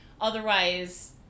Otherwise